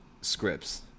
scripts